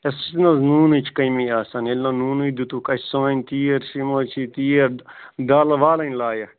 سُہ چھُنہٕ حظ نوٗنٕچ کٔمی آسان ییٚلہِ نہٕ نوٗنُے دِتُکھ اَسہِ سٲنۍ تیٖر چھِ یِم حظ چھِ یہِ تیٖر دالہٕ والٕنۍ لایَکھ